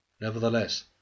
nevertheless